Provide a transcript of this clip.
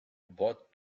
what